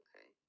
okay